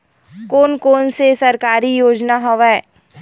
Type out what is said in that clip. कोन कोन से सरकारी योजना हवय?